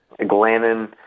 Glennon